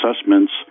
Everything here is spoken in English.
assessments